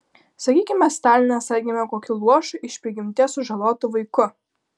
sakykime stalinas atgimė kokiu luošu iš prigimties sužalotu vaiku